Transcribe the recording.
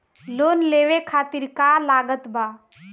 Loan लेवे खातिर का का लागत ब?